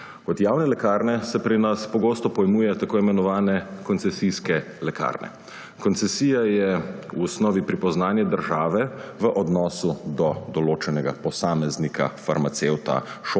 Kot javne lekarne se pri nas pogosto pojmuje tako imenovane koncesijske lekarne. Koncesija je v osnovi pripoznanje države v odnosu do določenega posameznika farmacevta,